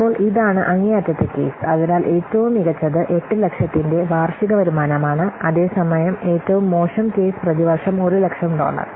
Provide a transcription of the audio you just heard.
അപ്പോൾ ഇതാണ് അങ്ങേയറ്റത്തെ കേസ് അതിനാൽ ഏറ്റവും മികച്ചത് 800000 ത്തിന്റെ വാർഷിക വരുമാനമാണ് അതേസമയം ഏറ്റവും മോശം കേസ് പ്രതിവർഷം 100000 ഡോളർ